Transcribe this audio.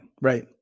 Right